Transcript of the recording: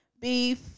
beef